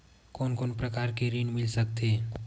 कोन कोन प्रकार के ऋण मिल सकथे?